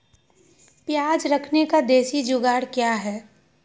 प्याज रखने का देसी जुगाड़ क्या है?